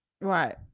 Right